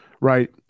right